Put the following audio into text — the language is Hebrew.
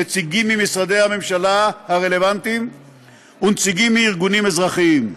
נציגים ממשרדי הממשלה הרלוונטיים ונציגים מארגונים אזרחיים.